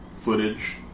footage